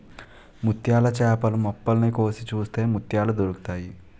ముత్యాల చేపలు మొప్పల్ని కోసి చూస్తే ముత్యాలు దొరుకుతాయి